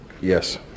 Yes